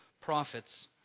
profits